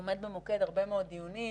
עומדים במוקד הרבה מאוד דיונים